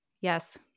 Yes